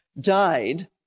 died